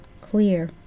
clear